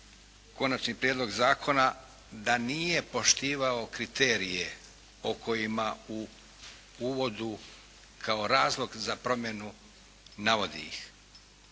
konačni prijedlog zakona da nije poštivao kriterije o kojima u uvodu kao razlog za promjenu navodi ih.